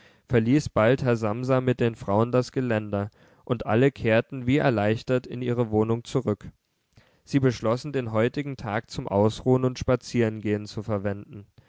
verließ bald herr samsa mit den frauen das geländer und alle kehrten wie erleichtert in ihre wohnung zurück sie beschlossen den heutigen tag zum ausruhen und spazierengehen zu verwenden